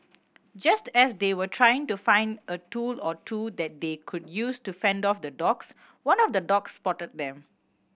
just as they were trying to find a tool or two that they could use to fend off the dogs one of the dogs spotted them